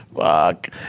Fuck